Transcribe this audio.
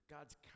God's